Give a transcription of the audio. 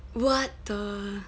what the